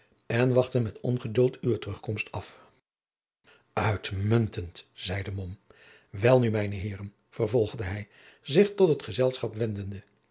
en wachten met ongeduld uwe terugkomst af uitmuntend zeide mom welnu mijne heeren vervolgde hij zich tot het gezelschap wendende